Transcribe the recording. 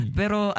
pero